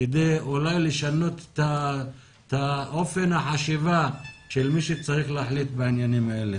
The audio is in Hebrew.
כדי לשנות את אופן החשיבה של מי שצריך להחליט בעניינים האלה.